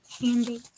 handy